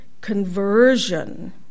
conversion